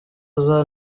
aza